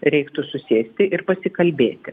reiktų susėsti ir pasikalbėti